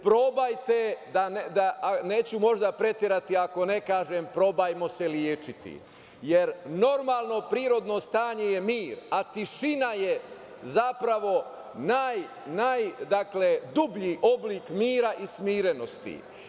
Probajte, neću možda preterati ako ne kažem, probajmo se „lečiti“, jer normalno prirodno stanje je mir, a tišina je zapravo najdublji oblik mira i smirenosti.